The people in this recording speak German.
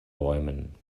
bäumen